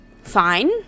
fine